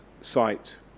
site